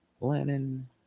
Lennon